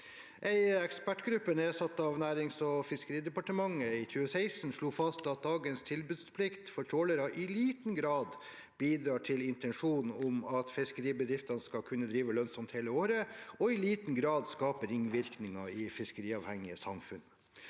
En ekspertgruppe nedsatt av Nærings- og fiskeridepartementet i 2016 slo fast at dagens tilbudsplikt for trålere i liten grad bidrar til intensjonen om at fiskeribedriftene skal kunne drive lønnsomt hele året, og i liten grad skaper ringvirkninger i fiskeriavhengige samfunn.